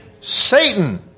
Satan